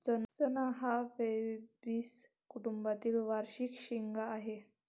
चणा हा फैबेसी कुटुंबातील वार्षिक शेंगा आहे